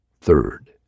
Third